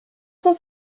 cent